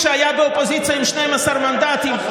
כשהיה באופוזיציה עם 12 מנדטים,